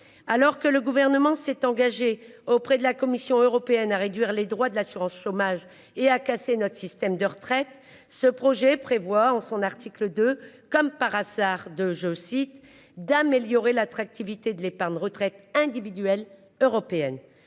alors que le gouvernement s'est engagé auprès de la Commission européenne à réduire les droits de l'assurance chômage et à casser notre système de retraite. Ce projet prévoit en son article de comme par hasard de, je cite, d'améliorer l'attractivité de l'épargne retraite individuelle européenne